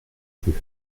plus